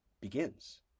begins